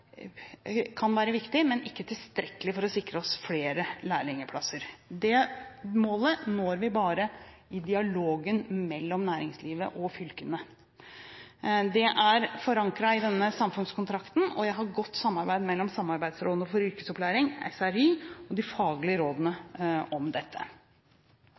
kan være viktig, men det er ikke tilstrekkelig for å sikre oss flere lærlingplasser. Det målet når vi bare i dialogen mellom næringslivet og fylkene. Det er forankret i denne samfunnskontrakten, og jeg har godt samarbeid med Samarbeidsrådet for yrkesopplæring, SRY, og de faglige rådene om dette.